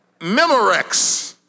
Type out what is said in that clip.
Memorex